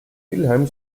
wilhelm